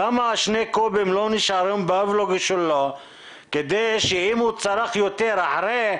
למה 2 הקוב לא נשארים באובליגו שלו כדי שאם צרך יותר אחרי,